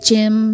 Jim